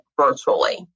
virtually